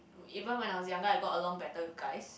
even when I was younger I got along better with guys